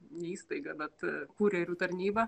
ne įstaiga bet kurjerių tarnyba